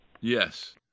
Yes